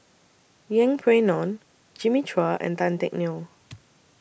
Yeng Pway Ngon Jimmy Chua and Tan Teck Neo